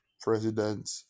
president